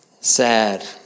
sad